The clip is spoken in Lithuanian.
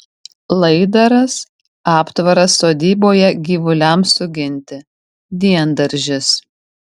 laidaras aptvaras sodyboje gyvuliams suginti diendaržis